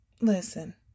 listen